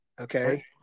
Okay